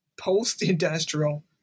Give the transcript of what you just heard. post-industrial